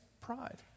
pride